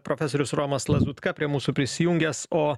profesorius romas lazutka prie mūsų prisijungęs o